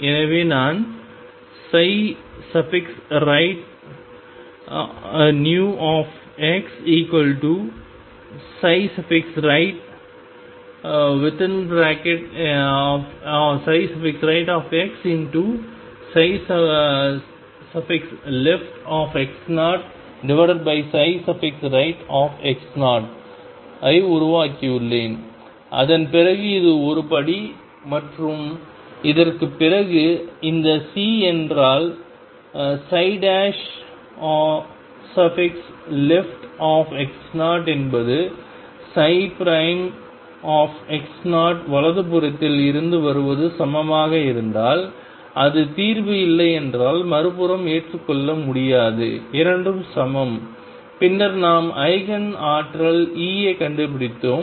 எனவே நான் rightnewxrightxleftx0rightx0 ஐ உருவாக்கியுள்ளேன் அதன் பிறகு இது ஒரு படி மற்றும் இதற்குப் பிறகு இந்த C என்றால் leftx0 என்பது வலதுபுறத்தில் இருந்து வருவது சமமாக இருந்தால் அது தீர்வு இல்லையென்றால் மறுபுறம் ஏற்றுக்கொள்ள முடியாது இரண்டும் சமம் பின்னர் நாம் ஈஜென் ஆற்றல் E ஐ கண்டுபிடித்தோம்